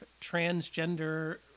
transgender